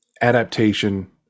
adaptation